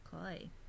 Okay